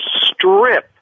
strip